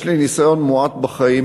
יש לי ניסיון מועט בחיים,